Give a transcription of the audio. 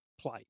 Play